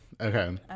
Okay